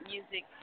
Music